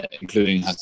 including